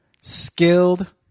skilled